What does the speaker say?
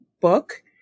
book